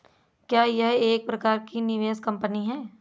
क्या यह एक प्रकार की निवेश कंपनी है?